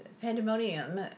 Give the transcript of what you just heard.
pandemonium